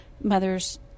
mother's